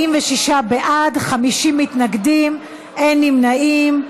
46 בעד, 50 מתנגדים, אין נמנעים.